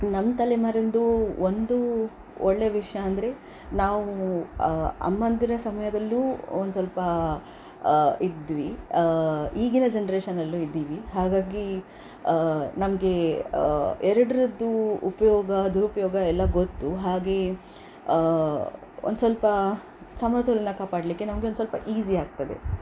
ನಮ್ಮ ತಲೆಮಾರಿನದ್ದು ಒಂದು ಒಳ್ಳೆಯ ವಿಷಯ ಅಂದರೆ ನಾವು ಅಮ್ಮಂದಿರ ಸಮಯದಲ್ಲೂ ಒಂದು ಸ್ವಲ್ಪ ಇದ್ವಿ ಈಗಿನ ಜನ್ರೇಷನ್ನಲ್ಲೂ ಇದ್ದೀವಿ ಹಾಗಾಗಿ ನಮಗೆ ಎರಡರದ್ದು ಉಪಯೋಗ ದುರುಪಯೋಗ ಎಲ್ಲ ಗೊತ್ತು ಹಾಗೆ ಒಂದು ಸ್ವಲ್ಪ ಸಮತೋಲನ ಕಾಪಾಡಲಿಕ್ಕೆ ನಮಗೆ ಒಂದು ಸ್ವಲ್ಪ ಈಸಿ ಆಗ್ತದೆ